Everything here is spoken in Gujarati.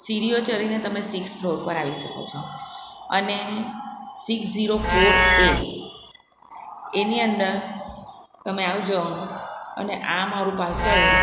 સીડીઓ ચડીને તમે સિક્સ્થ ફ્લોર પર આવી શકો છો અને સિક્સ જીરો ફોર એ એની અંદર તમે આવજો અને આ મારું પાર્સલ